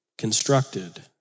Constructed